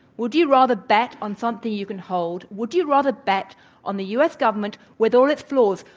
would you rather bet on something you can hold? would you rather bet on the u. s. government, with all its flaws?